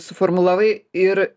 suformulavai ir